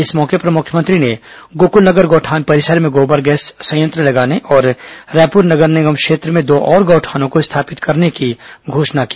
इस मौके पर मुख्यमंत्री ने गोकुलनगर गौठान परिसर में गोबर गैस प्लांट लगाने और रायपुर नगर निगम क्षेत्र में दो और गौठानों को स्थापित करने की घोषणा की